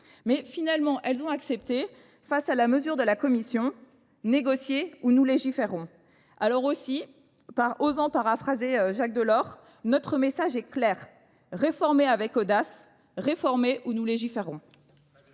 mais finalement elles ont accepté face à la mesure de la commission négocier ou nous légiférons. Alors aussi osant paraphraser Jacques Delors notre message est clair réformer avec audace réformer ou nous légiférons.